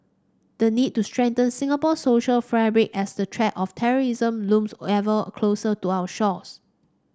the need to strengthen Singapore's social fabric as the threat of terrorism looms ever closer to our shores